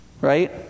Right